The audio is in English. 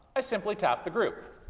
i simply tap the group.